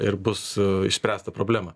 ir bus išspręsta problema